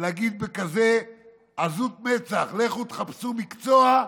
ולהגיד בכזאת עזות מצח: לכו תחפשו מקצוע,